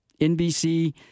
NBC